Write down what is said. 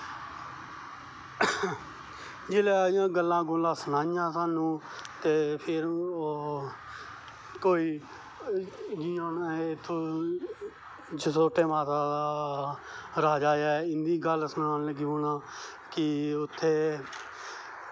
ते जिसलै इयां गल्लां गुल्लां सनाईयां साह्नूं ते फिर कोई जियां हून इत्थूं जसरोटै माता दा राजा ऐ इंदी गल्ल सनान लगी पौनां कि उत्थें